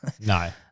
No